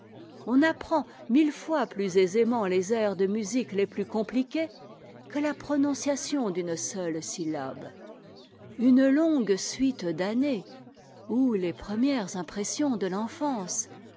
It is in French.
on apprend mille fois plus aisément les airs de musique les plus compliqués que la prononciation d'une seule syllabe une longue suite d'années ou les premières impressions de l'enfance